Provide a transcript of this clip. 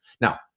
Now